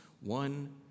one